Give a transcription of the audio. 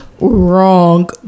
wrong